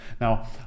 Now